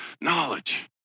knowledge